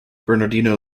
bernardino